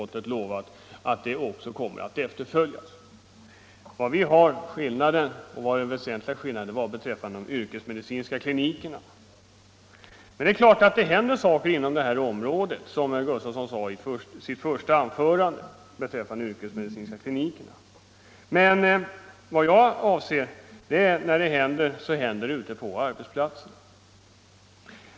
Den väsentliga skillnaden mellan utskottets ställningstagande och reservantens gäller de yrkesmedicinska klinikerna. Det är klart att det, som herr Gustavsson sade i sitt första inlägg, händer saker när det gäller de yrkesmedicinska klinikerna. Men det som händer, det sker ute på arbetsplatserna.